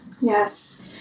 yes